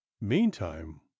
meantime